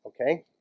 Okay